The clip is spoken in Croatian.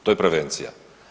To je prevencija.